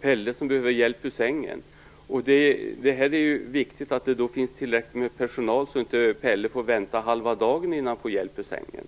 Pelle som behöver hjälp ur sängen. Då är det viktigt att det finns tillräckligt med personal så att inte Pelle får vänta halva dagen innan han får hjälp ur sängen.